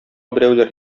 берәүләр